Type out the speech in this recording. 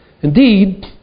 Indeed